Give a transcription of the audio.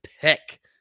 pick